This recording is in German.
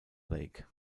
lake